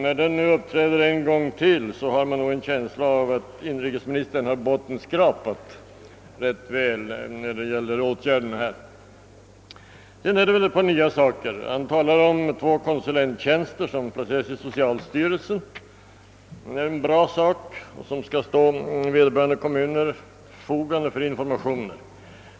När den nu återigen uppträder får man en känsla av att inrikesministern har bottenskrapat rätt väl i fråga om åtgärder. Därefter följer redogörelse för ett par nya insatser. Statsrådet nämner två konsulenttjänster, som placeras i social styrelsen — en god idé — och som skall stå vederbörande kommuner till förfogande för informationer.